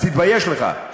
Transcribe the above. אז תתבייש לך.